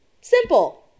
Simple